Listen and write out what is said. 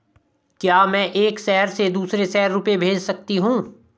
क्या मैं एक शहर से दूसरे शहर रुपये भेज सकती हूँ?